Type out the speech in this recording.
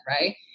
right